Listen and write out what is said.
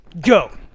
Go